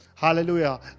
hallelujah